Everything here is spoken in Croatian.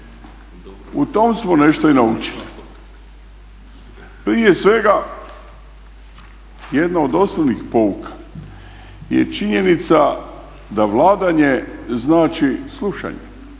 U tom smo nešto i naučili. Prije svega jedna od osnovnih pouka je i činjenica da vladanje znači slušanje,